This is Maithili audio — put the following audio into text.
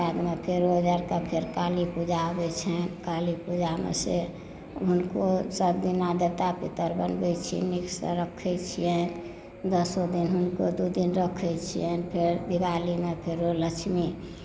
तकर बादमे काली पूजा अबै छनि काली पूजामे से हुनको सभ दिना देवता पित्तर बनबै छियै नीक सँ रखै छियनि दसो दिन हुनको दू दिन रखै छियनि फेर दीवालीमे फेरो लक्ष्मी